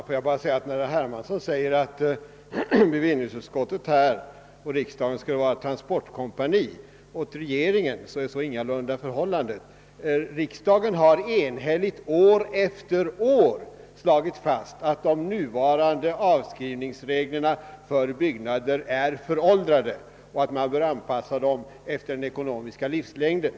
Herr talman! När herr Hermansson påstår att bevillningsutskottet och riksdagen skulle vara ett slags transportkompani åt regeringen vill jag bara säga att så ingalunda är förhållandet. Riksdagen har enhälligt år efter år slagit fast att de nuvarande avskrivningsreglerna för byggnader är föråldrade och att de bör anpassas efter den ekonomiska livslängden.